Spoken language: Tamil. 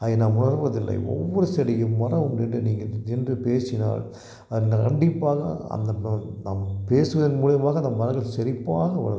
அதை நாம் உணர்வதில்லை ஒவ்வொரு செடியும் மன உறுதியுடன் நீங்கள் நின்று பேசினால் அதுங்க கண்டிப்பாக அந்த நாம் பேசுவதன் மூலயமாக அந்த மரங்கள் செழிப்பாக வளரும்